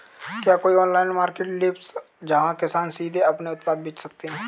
क्या कोई online marketplace है जहाँ किसान सीधे अपने उत्पाद बेच सकते हैं?